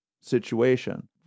situation